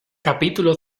capítulo